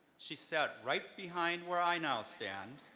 she sat right behind where i now stand,